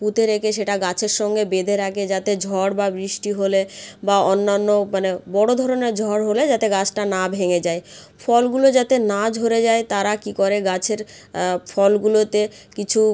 পুঁতে রেখে সেটা গাছের সঙ্গে বেঁধে রাখে যাতে ঝড় বা বৃষ্টি হলে বা অন্যান্য মানে বড় ধরনের ঝড় হলে যাতে গাছটা না ভেঙে যায় ফলগুলো যাতে না ঝরে যায় তারা কী করে গাছের ফলগুলোতে কিছু